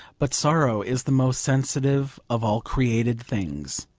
but sorrow is the most sensitive of all created things.